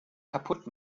kaputt